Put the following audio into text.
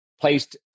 placed